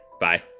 bye